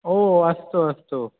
ओ अस्तु अस्तु